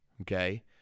okay